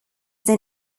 then